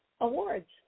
awards